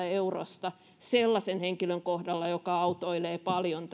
eurosta sellaisen henkilön kohdalla joka autoilee paljon